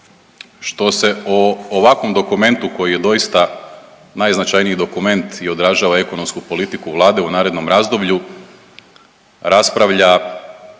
što se o ovakvom dokumentu koji je doista najznačajniji dokument i odražava ekonomsku politiku Vlade u narednom razdoblju raspravlja